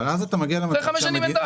אחרי חמש שנים, אין בעיה.